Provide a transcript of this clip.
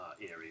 area